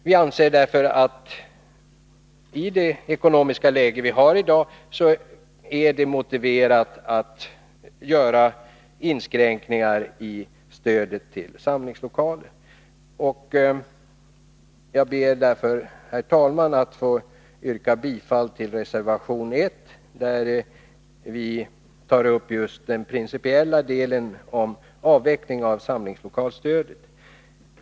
Vi anser därför att det i dagens ekonomiska läge är motiverat att inskränka det statliga stödet till samlingslokaler. Jag ber, herr talman, att få yrka bifall till reservation 1, där vi just tar upp den principiella delen om avveckling av samlingslokalstödet.